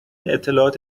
اطلاعات